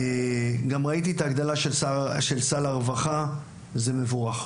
גם ראיתי את ההגדלה של סל הרווחה, זה מבורך.